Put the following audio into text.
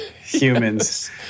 humans